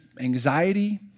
anxiety